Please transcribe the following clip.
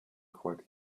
quite